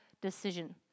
decision